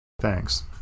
thanks